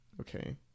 okay